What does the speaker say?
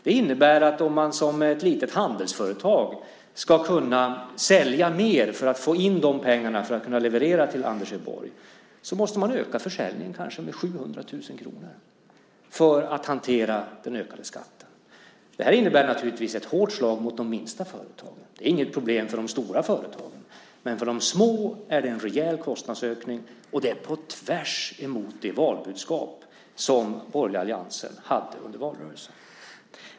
Det innebär att om man som ett litet handelsföretag ska kunna sälja mer för att få in de pengarna och kunna leverera dem till Anders Borg måste man kanske öka försäljningen med 700 000 kr för att hantera den ökade skatten. Det innebär naturligtvis ett hårt slag för de minsta företagen. Det är inget problem för de stora företagen. För de små är det en rejäl kostnadsökning, på tvärs mot det valbudskap som den borgerliga alliansen hade under valrörelsen.